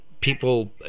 people